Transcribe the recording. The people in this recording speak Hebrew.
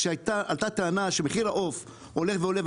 כשהייתה טענה שמחיר העוף עולה ועולה,